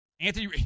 Anthony